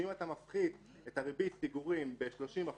אם אתה מפחית את ריבית הפיגורים ב-30%,